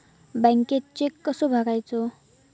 बँकेत चेक कसो भरायचो?